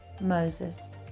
Moses